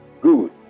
Good